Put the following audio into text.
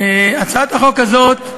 הצעת החוק הזאת,